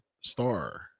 star